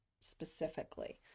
specifically